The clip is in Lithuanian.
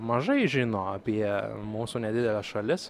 mažai žino apie mūsų nedideles šalis